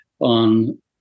on